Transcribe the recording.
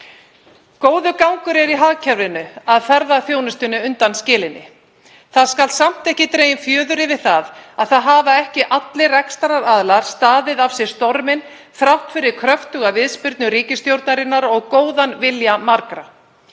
Góður gangur er í hagkerfinu að ferðaþjónustunni undanskilinni. Það skal samt ekki dregin fjöður yfir það að ekki hafa allir rekstraraðilar staðið af sér storminn þrátt fyrir kröftuga viðspyrnu ríkisstjórnarinnar og góðan vilja margra.